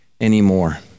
anymore